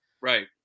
Right